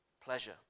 pleasure